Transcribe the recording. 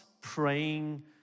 praying